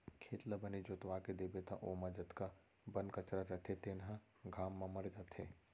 खेत ल बने जोतवा देबे त ओमा जतका बन कचरा रथे तेन ह घाम म मर जाथे